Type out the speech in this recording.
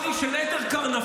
אתם בסיור ספארי של עדר קרנפים.